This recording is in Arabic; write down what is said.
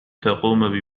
تقوم